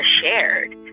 shared